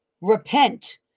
repent